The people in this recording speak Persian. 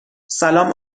سلام